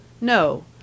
No